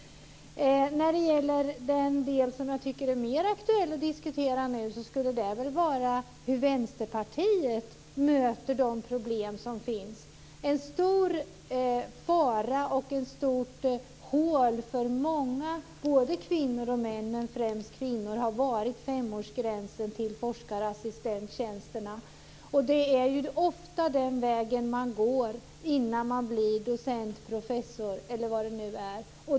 Den del jag tycker är mer aktuell att diskutera nu är hur Vänsterpartiet möter de problem som finns. En stor fara och ett stort hål för många, både kvinnor och män men främst kvinnor, har varit femårsgränsen för forskarassistenttjänsterna. Det är ofta den vägen man går innan man blir docent, professor eller vad det nu är.